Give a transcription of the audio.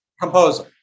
composer